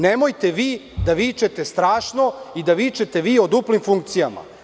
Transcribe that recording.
Nemojte vi da vičete – strašno i da vičete vi o duplim funkcijama.